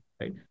right